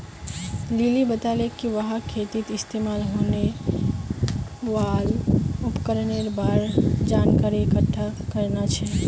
lily बताले कि वहाक खेतीत इस्तमाल होने वाल उपकरनेर बार जानकारी इकट्ठा करना छ